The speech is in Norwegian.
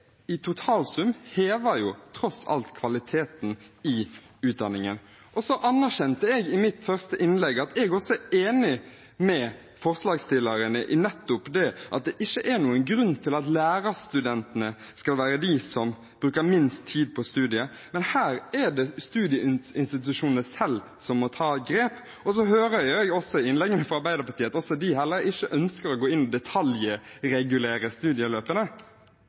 i totalsum hever tross alt kvaliteten i utdanningen. Så anerkjente jeg i mitt første innlegg – og er enig med forslagsstillerne – at det ikke er noen grunn til at lærerstudentene skal være dem som bruker minst tid på studiet. Men her er det studieinstitusjonene selv som må ta grep. Jeg hører også i innleggene fra Arbeiderpartiet at heller ikke de ønsker å gå inn og detaljregulere studieløpene,